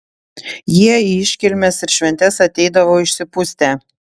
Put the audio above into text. jie į iškilmes ir šventes ateidavo išsipustę